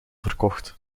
verkocht